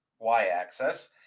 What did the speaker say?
y-axis